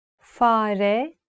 Fare